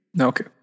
Okay